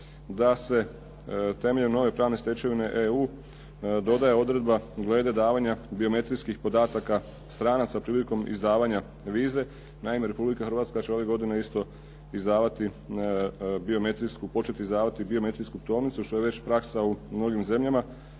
da se temeljem nove pravne stečevine EU dodaje odredba glede davanja geometrijskih podataka stranaca prilikom izdavanja vize. Naime, Republika Hrvatska će ove godine isto izdavati, početi izdavati biometrijsku putovnicu što je već praksa u mnogim zemljama.